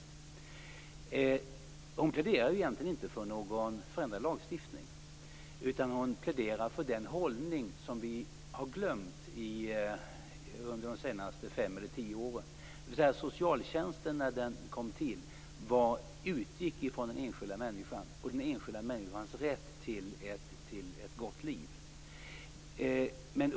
Kerstin Wigzell pläderar egentligen inte för en förändrad lagstiftning. Hon pläderar för den hållning som vi har glömt under de senaste 5-10 åren. Socialtjänstlagen utgick från den enskilda människan och hans rätt till ett gott liv.